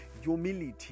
Humility